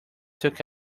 took